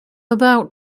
about